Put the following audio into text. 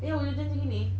ya hujan-hujan macam gini